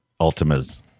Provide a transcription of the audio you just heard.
Ultimas